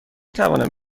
توانم